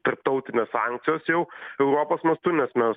tarptautinės sankcijos jau europos mastu nes mes